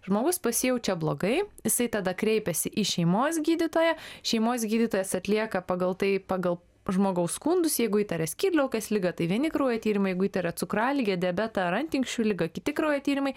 žmogus pasijaučia blogai jisai tada kreipiasi į šeimos gydytoją šeimos gydytojas atlieka pagal tai pagal žmogaus skundus jeigu įtaria skydliaukės ligą tai vieni kraujo tyrimai jeigu įtaria cukraligę diabetą ar antinksčių ligą kiti kraujo tyrimai